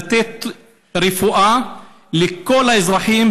לתת רפואה לכל האזרחים,